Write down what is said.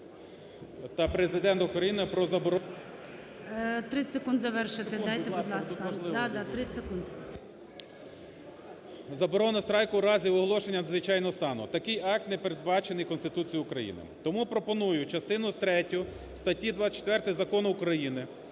завершити. ДУБНЕВИЧ Я.В. Заборона страйку у разі оголошення надзвичайного стану. Такий акт не передбачений Конституцією України. Тому пропоную частину третю статті 24 Закону України